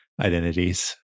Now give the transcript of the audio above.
identities